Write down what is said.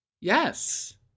Yes